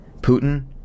Putin